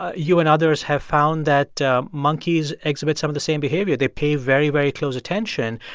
ah you and others have found that monkeys exhibit some of the same behavior. they pay very, very close attention,